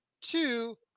two